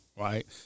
right